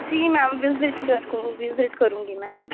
ਜੀ ma'am visit visit ਕਰੂਂਗੀ ਮੈਂ